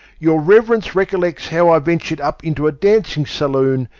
your reverence recollects how i ventured up into a dancing saloon,